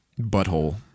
butthole